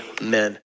amen